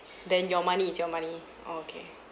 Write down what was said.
then your money is your money oh okay